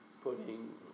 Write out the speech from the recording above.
putting